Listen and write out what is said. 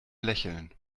lächeln